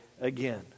again